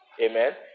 Amen